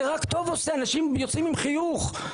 זה עושה רק טוב, אנשים יוצאים עם חיוך.